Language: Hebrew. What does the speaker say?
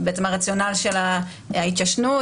הרציונל של ההתיישנות